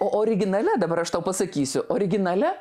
o originale dabar aš tau pasakysiu originale